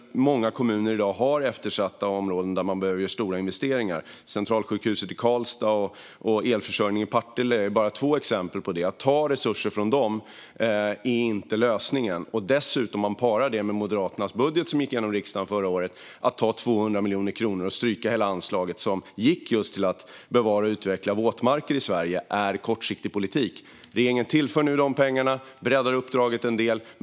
Många kommuner har i dag eftersatta områden där man behöver göra stora investeringar. Centralsjukhuset i Karlstad och elförsörjningen i Partille är bara två exempel på det. Att ta resurser från dem är inte lösningen. Att dessutom para detta med Moderaternas budget, som gick igenom i riksdagen förra året, och ta 200 miljoner kronor och stryka hela det anslag som gick just till att bevara och utveckla våtmarker är kortsiktig politik. Regeringen tillför nu dessa pengar och breddar uppdraget en del.